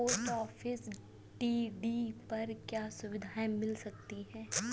Post office TD पर क्या सुविधाएँ मिल सकती है?